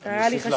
אז היה לי חשוב,